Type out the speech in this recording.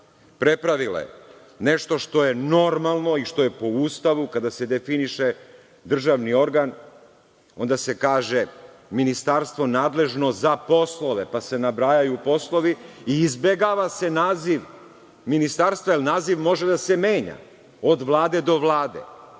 prepravile nešto što je normalno i što je po Ustavu. Kada se definiše državni organ, onda se kaže – ministarstvo nadležno za poslove, pa se nabrajaju poslovi i izbegava se naziv ministarstva, jer naziv može da se menja od vlade do vlade,